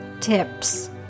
tips